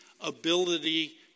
ability